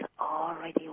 already